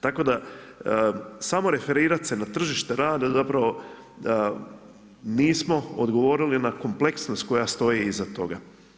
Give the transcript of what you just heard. Tako da samo referirati se na tržište rada zapravo nismo odgovorili na kompleksnost koja stoji iza toga.